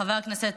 חבר הכנסת